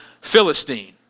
Philistine